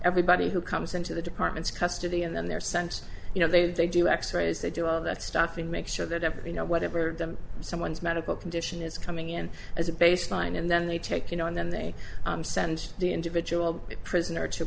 everybody who comes into the department's custody and then they're sent you know they do x rays they do all of that stuff and make sure that every you know whatever someone's medical condition is coming in as a baseline and then they take you know and then they send the individual prisoner to